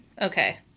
Okay